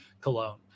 Cologne